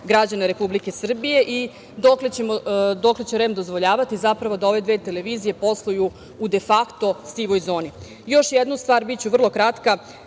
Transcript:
građana Republike Srbije i dokle će REM dozvoljavati da ove dve televizije posluju u de fakto sivoj zoni? Još jednu stvar, biću vrlo kratka.